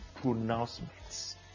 pronouncements